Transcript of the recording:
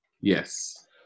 Yes